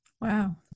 Wow